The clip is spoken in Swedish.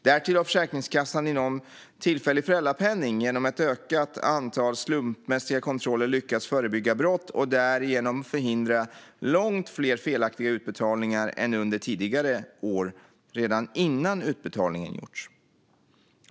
Därtill har Försäkringskassan inom tillfällig föräldrapenning genom ett ökat antal slumpmässiga kontroller lyckats förebygga brott och därigenom förhindra långt fler felaktiga utbetalningar än under tidigare år redan innan utbetalningarna gjorts.